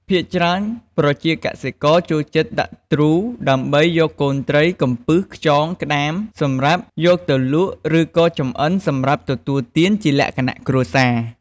ភាគច្រើនប្រជាកសិករចូលចិត្តដាក់ទ្រូដើម្បីយកកូនត្រី កំពឹស ខ្យង ក្តាមសម្រាប់យកទៅលក់ឬក៏ចម្អិនសម្រាប់ទទួលទានជាលក្ខណៈគ្រួសារ។